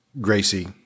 Gracie